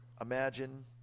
Imagine